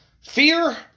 Fear